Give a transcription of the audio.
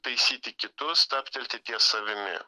taisyti kitus stabtelti ties savimi